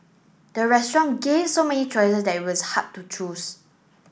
the restaurant gave so many choices that it was hard to choose